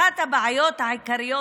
אחת הבעיות העיקריות